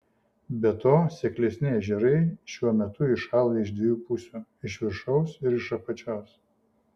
be to seklesni ežerai šiuo metu įšąla iš dviejų pusių iš viršaus ir iš apačios